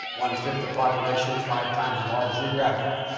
one-fifth the population, five times as large geographically.